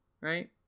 right